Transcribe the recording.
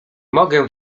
mogę